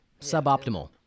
Suboptimal